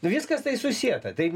nu viskas tai susieta tai